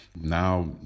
Now